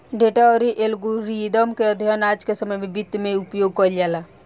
data अउरी algorithm के अध्ययन आज के समय में वित्त में उपयोग कईल जाला